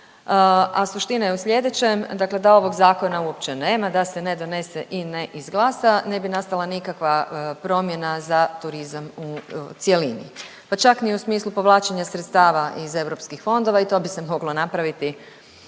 a suština je u sljedećem, dakle da ovog zakona uopće nema, da se ne donese i ne izglasa ne bi nastala nikakva promjena za turizam u cjelini, pa čak ni u smislu povlačenja sredstava iz europskih fondova. I to bi se moglo napraviti